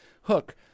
hook